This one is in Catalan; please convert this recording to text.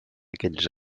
aquells